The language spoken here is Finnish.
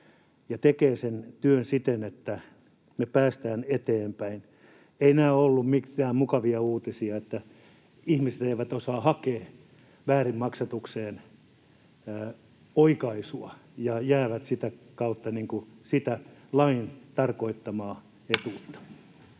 ja tekee sen työn siten, että me päästään eteenpäin. Eivät nämä ole olleet mitään mukavia uutisia, että ihmiset eivät osaa hakea vääriin maksatuksiin oikaisua ja jäävät sitä kautta ilman sitä lain tarkoittamaa etuutta.